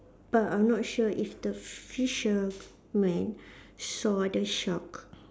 but I'm not sure if the fishermen saw the shark